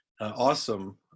awesome